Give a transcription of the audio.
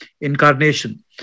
incarnation